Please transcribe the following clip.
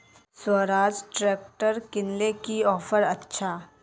Swaraj tractor किनले की offer अच्छा?